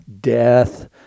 death